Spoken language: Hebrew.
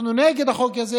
אנחנו נגד החוק הזה,